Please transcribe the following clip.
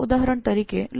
ઉદાહરણ તરીકે ઇટાલીમાં